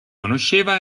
conosceva